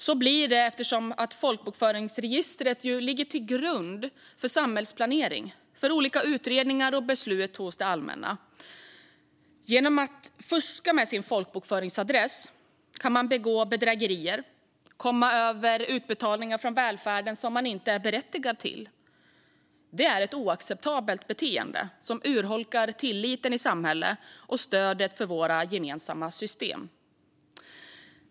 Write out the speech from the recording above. Så blir det eftersom folkbokföringsregistret ju ligger till grund för samhällsplanering och för olika utredningar och beslut hos det allmänna. Genom att fuska med sin folkbokföringsadress kan man begå bedrägerier och komma över utbetalningar från välfärden som man inte är berättigad till. Det är ett oacceptabelt beteende som urholkar tilliten i samhället och stödet för våra gemensamma system.